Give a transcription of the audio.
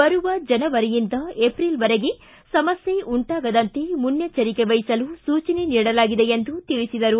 ಬರುವ ಜನವರಿಯಿಂದ ಏಪ್ರಿಲ್ವರೆಗೆ ಸಮಸ್ಥೆ ಉಂಟಾಗದಂತೆ ಮುನ್ನೆಚ್ನರಿಕೆ ವಹಿಸಲು ಸೂಚನೆ ನೀಡಲಾಗಿದೆ ಎಂದು ತಿಳಿಸಿದರು